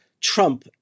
Trump